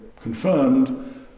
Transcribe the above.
confirmed